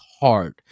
hard